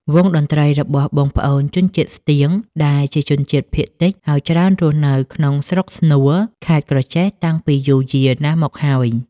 វង់តន្ដ្រីរបស់បងប្អូនជនជាតិស្ទៀង ដែលជាជនជាតិភាគតិច ហើយច្រើនរស់នៅក្នុងស្រុកស្នួល ខេត្ដក្រចេះតាំងពីយូរយាណាស់មកហើយ។